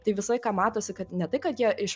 tai visą laiką matosi kad ne tai kad jie iš